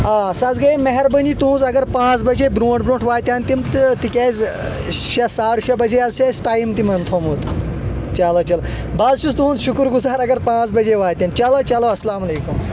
آ سُہ حظ گٔیے مہربأنۍ تُنٛز اگر پانٛژھ بجے برونٛٹھ برونٛٹھ واتہٕ ہن تِم تِکیٛازِ شیٚے ساڑٕ شیٚے بجے حظ چھ اَسہِ ٹایِم تِمن تھوومُت چلو چلو بہٕ حظ چُھس تُہُنٛد شُکر گُزار اگر پانٛژھ بجے واتن چلو اسلام علیکم